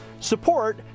support